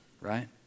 right